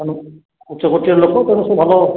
ତେଣୁ ଉଚ୍ଚକୋଟୀର ଲୋକ ତେଣୁ ସେ ଭଲ